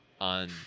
on